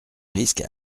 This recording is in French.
risque